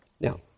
Now